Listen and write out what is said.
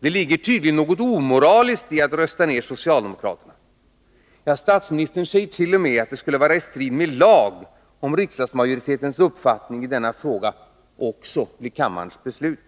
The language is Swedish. Det ligger tydligen något omoraliskt i att rösta ned socialdemokraterna. Statsministern sade t.o.m. att det skulle vara i strid med lag om riksdagsmajoritetens uppfattning i denna fråga också blev kammarens beslut.